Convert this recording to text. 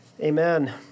Amen